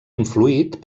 influït